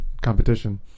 competition